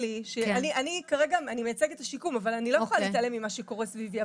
אני מייצגת את השיקום אבל אני לא יכולה להתעלם ממה שקורה סביבי.